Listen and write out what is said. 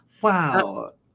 Wow